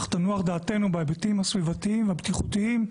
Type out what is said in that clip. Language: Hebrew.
דעתנו בהיבטים הסביבתיים והבטיחותיים,